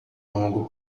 longo